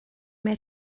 mae